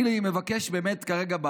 אני מבקש כרגע,